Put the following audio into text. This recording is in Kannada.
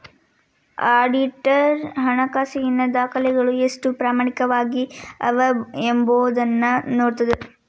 ಆಡಿಟರ್ ಹಣಕಾಸಿನ ದಾಖಲೆಗಳು ಎಷ್ಟು ಪ್ರಾಮಾಣಿಕವಾಗಿ ಅವ ಎಂಬೊದನ್ನ ನೋಡ್ತದ